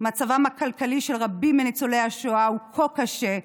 מצבם הכלכלי של רבים מניצולי השואה הוא כה קשה,